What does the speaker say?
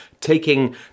taking